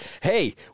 hey